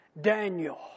Daniel